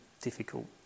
difficult